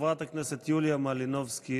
חברת הכנסת יוליה מלינובסקי,